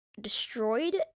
destroyed